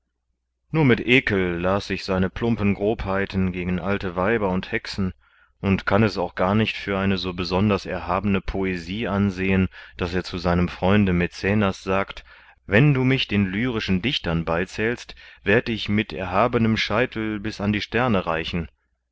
nur mit wahrem ekel las ich seine plumpen grobheiten gegen alte weiber und hexen und kann es auch gar nicht für eine so besonders erhabene poesie ansehen daß er zu seinem freunde mäcenas sagt wenn du mich den lyrischen dichtern beizählst werd ich mit erhabenem scheitel bis an die sterne reichen